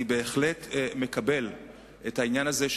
אני בהחלט מקבל את העניין הזה,